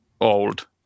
old